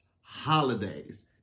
holidays